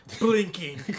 blinking